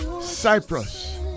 Cyprus